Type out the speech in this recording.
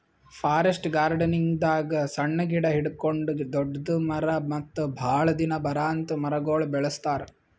forest ಗಾರ್ಡನಿಂಗ್ದಾಗ್ ಸಣ್ಣ್ ಗಿಡ ಹಿಡ್ಕೊಂಡ್ ದೊಡ್ಡ್ ಮರ ಮತ್ತ್ ಭಾಳ್ ದಿನ ಬರಾಂತ್ ಮರಗೊಳ್ ಬೆಳಸ್ತಾರ್